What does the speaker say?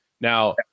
Now